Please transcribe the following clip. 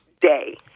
day